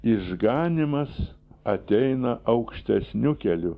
išganymas ateina aukštesniu keliu